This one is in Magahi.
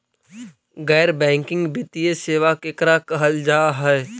गैर बैंकिंग वित्तीय सेबा केकरा कहल जा है?